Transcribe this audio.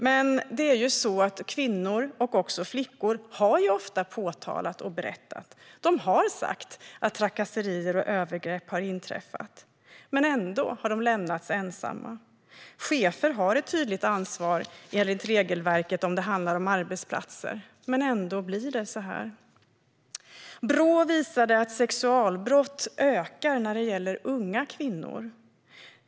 Men det är ju så att kvinnor och flickor ofta har påtalat och berättat att trakasserier och övergrepp inträffat. Ändå har de lämnats ensamma. Chefer har enligt regelverket ett tydligt ansvar om det handlar om arbetsplatser. Men ändå blir det så här. Brå visade att sexualbrotten ökar när det gäller unga kvinnor.